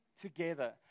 together